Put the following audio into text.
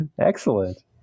Excellent